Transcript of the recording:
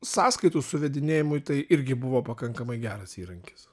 sąskaitų suvedinėjimui tai irgi buvo pakankamai geras įrankis